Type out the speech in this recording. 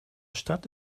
stadt